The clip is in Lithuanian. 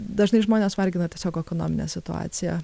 dažnai žmones vargina tiesiog ekonominė situacija